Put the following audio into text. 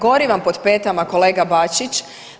Gori vam pod petama kolega Bačić.